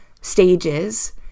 stages